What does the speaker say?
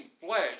flesh